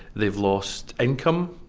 they've lost income,